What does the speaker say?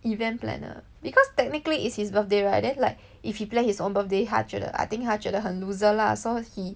event planner because technically is his birthday right then like if he plan his own birthday 他觉得 I think 他觉得很 loser lah so he